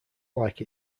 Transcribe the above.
like